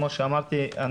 כמו שאמרתי,